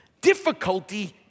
Difficulty